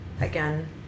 again